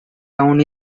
town